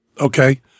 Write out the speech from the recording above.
Okay